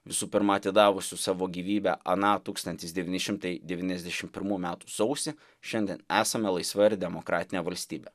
visų pirma atidavusių savo gyvybę aną tūkstantis devyni šimtai devyniasdešim pirmų metų sausį šiandien esame laisva ir demokratinė valstybė